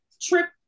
trip